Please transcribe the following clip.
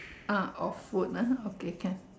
ah of food ah okay can